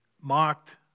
mocked